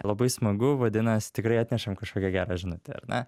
labai smagu vadinas tikrai atnešam kažkokią gerą žinutę ar ne